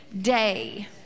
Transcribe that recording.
day